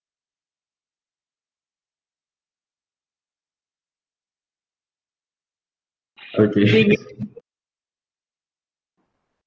okay